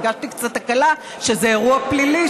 הרגשתי קצת הקלה שזה אירוע פלילי,